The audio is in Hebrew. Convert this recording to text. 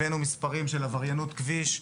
הבאנו מספרים של עבריינות כביש,